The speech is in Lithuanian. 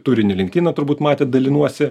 turinį linktiną turbūt matėt dalinuosi